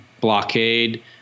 blockade